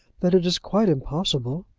that it is quite impossible.